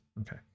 okay